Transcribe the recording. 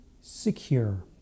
secure